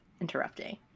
interrupting